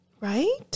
Right